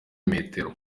metero